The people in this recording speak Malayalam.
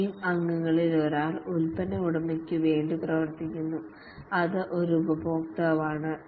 ടീം അംഗങ്ങളിൽ ഒരാൾ പ്രോഡക്റ്റ് ഉടമയ്ക്ക് വേണ്ടി പ്രവർത്തിക്കുന്നു അതായതു കസ്റ്റമീറിന് വേണ്ടി